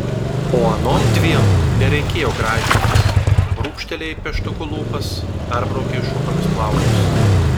o anom dviem nereikėjo gražintis brūkštelėjai pieštuku lūpas perbraukei šukomis plaukus